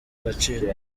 agaciro